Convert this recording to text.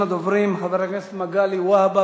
ראשון הדוברים, חבר הכנסת מגלי והבה,